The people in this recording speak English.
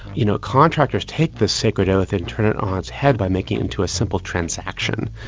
you know, contractors take the sacred oath and turn it on its head by making into a simple transaction.